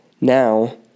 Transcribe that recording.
Now